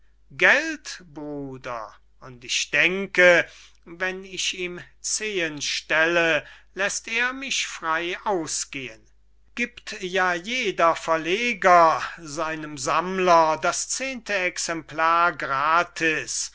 bruder und ich denke wenn ich ihm zehen stelle läßt er mich frey ausgehen gibt ja jeder verleger seinem sammler das zehente exemplar gratis